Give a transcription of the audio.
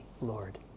Lord